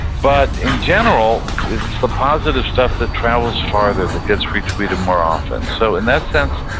but in general, it's the positive stuff that travels farther, that gets retweeted more often so in that sense,